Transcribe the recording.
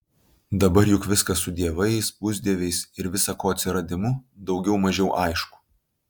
dabar juk viskas su dievais pusdieviais ir visa ko atsiradimu daugiau mažiau aišku